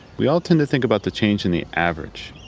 we all tend to think about the change in the average.